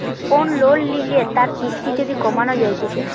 কোন লোন লিলে তার কিস্তি যদি কমানো যাইতেছে